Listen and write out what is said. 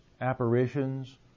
apparitions